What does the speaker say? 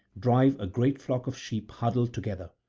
drive a great flock of sheep huddled together.